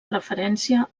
referència